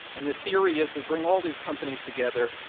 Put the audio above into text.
and the theory is we bring all these companies together,